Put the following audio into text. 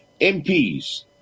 MPs